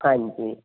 ਹਾਂਜੀ